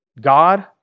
God